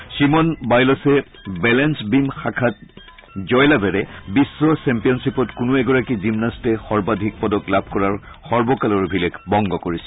আৰু Simone Biles balance beam শাখাত জয়লাভেৰে বিশ্ব চেম্পিয়নশ্বীপত কোনো এগৰাকী জিমনাটে সৰ্বাধিক পদক লাভ কৰাৰ সৰ্বকালৰ অভিলেখ ভংগ কৰিছে